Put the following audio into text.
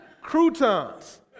croutons